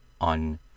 on